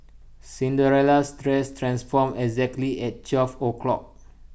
Cinderella's dress transformed exactly at twelve o' clock